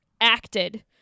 acted